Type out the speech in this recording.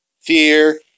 fear